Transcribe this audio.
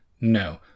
No